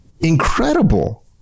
incredible